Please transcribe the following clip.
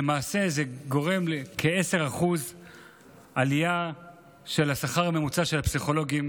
למעשה זה גורם לכ-10% עלייה בשכר הממוצע של הפסיכולוגים